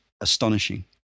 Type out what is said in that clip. astonishing